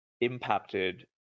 impacted